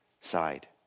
side